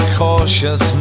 cautious